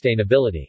sustainability